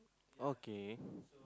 okay